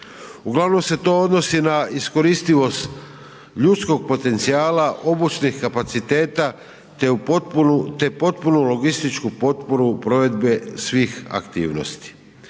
Uglavnom se to odnosi na iskoristivost ljudskog potencijala obučenih kapaciteta te potpunu logističku potporu provedbe svih aktivnosti.